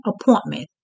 appointment